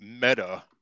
meta